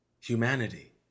humanity